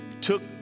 took